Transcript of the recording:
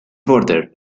porter